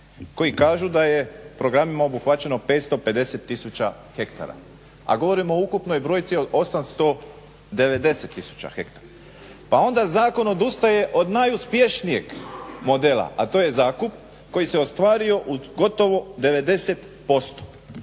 koji kažu da je programima obuhvaćeno 550 tisuća hektara, a govorimo o ukupnoj brojci od 890 tisuća hektara. Pa onda zakon odustaje od najuspješnijeg modela, a to je zakup koji se ostvario u gotovo 90%.